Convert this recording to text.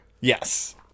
Yes